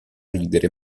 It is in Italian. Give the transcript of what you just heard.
ridere